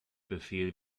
befehl